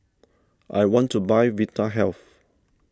I want to buy Vitahealth